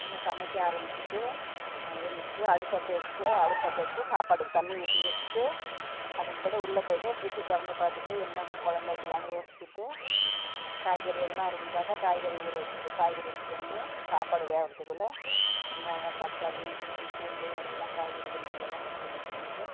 என்ன சமைக்க ஆரம்பிச்சுட்டு நாங்கள் எழுந்துருச்சிட்டு அடுப்பை பற்ற வச்சுட்டு அடுப்பை பற்ற வச்சுட்டு சாப்பாடுக்கு தண்ணி ஊற்றி வச்சுட்டு அதுங்படு உள்ளே போய்விட்டு ஃப்ரிஜ்ஜை திறந்து பார்த்துட்டு என்ன குழம்பு வைக்கலான்னு யோசிச்சுட்டு காய்கறி எதனால் இருந்துவிட்டாக்க காய்கறி ஊற வச்சுரு காய்கறி எடுத்துகிட்டு வந்து சாப்பாடு வேகறதுக்குள்ள வெங்காயம் தக்காளி இஞ்சி பூண்டு எல்லாம் காய்கறி வேணுகிறதெல்லாம் கட் பண்ணி வச்சுக்கிட்டு